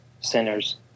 sinners